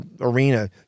arena